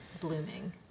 blooming